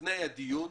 לפני הדיון,